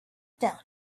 down